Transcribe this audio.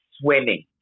swimming